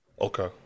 okay